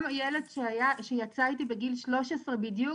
גם הילד שהיה ויצא איתי בגיל 13 בדיוק,